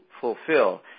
fulfill